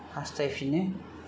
हास्थायफिनो